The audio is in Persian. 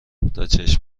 تاچشم